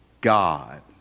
God